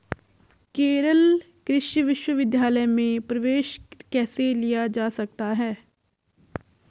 केरल कृषि विश्वविद्यालय में प्रवेश कैसे लिया जा सकता है?